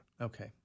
Okay